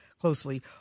closely